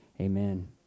amen